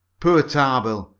poor tarbill,